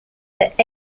that